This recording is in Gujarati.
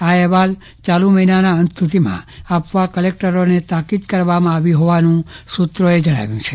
આ અહેવાલ ચાલુ મહિનાના અંત સુધીમાં આપવા કલેકટરોને તાકીદ કરવામાં આવી હોવાનું સુત્રોએ જણાવ્યું છે